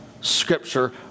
scripture